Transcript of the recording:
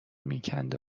میکند